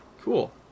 Cool